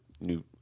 New